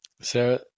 Sarah